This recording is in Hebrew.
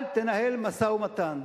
אל תנהל משא-ומתן.